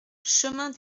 chemin